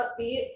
upbeat